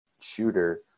shooter